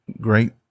great